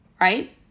Right